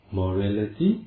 morality